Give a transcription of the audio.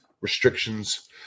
restrictions